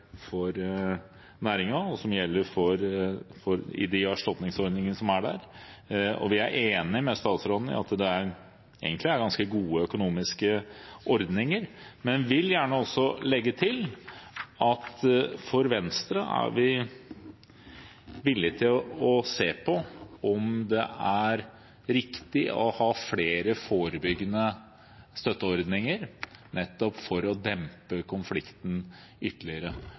kompensasjons- og tilskuddsordningene som gjelder for næringen. Vi er enig med statsråden i at det egentlig er ganske gode økonomiske ordninger, men vil gjerne også legge til at Venstre er villig til å se på om det er riktig å ha flere forebyggende støtteordninger, nettopp for å dempe konflikten ytterligere,